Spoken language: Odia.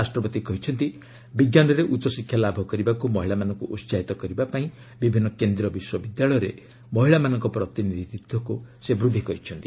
ରାଷ୍ଟ୍ରପତି କହିଛନ୍ତି ବିଜ୍ଞାନରେ ଉଚ୍ଚଶିକ୍ଷା ଲାଭ କରିବାକୁ ମହିଳାମାନଙ୍କୁ ଉତ୍ସାହିତ କରିବା ପାଇଁ ବିଭିନ୍ନ କେନ୍ଦ୍ରୀୟ ବିଶ୍ୱବିଦ୍ୟାଳୟରେ ମହିଳାମାନଙ୍କ ପ୍ରତିନିଧିତ୍ୱକୁ ସେ ବୃଦ୍ଧି କରିଛନ୍ତି